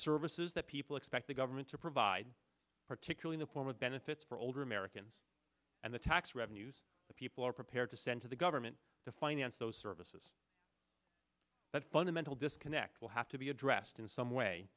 services that people expect the government to provide particularly the form of benefits for older americans and the tax revenues the people are prepared to send to the government to finance those services that fundamental disconnect will have to be addressed in some way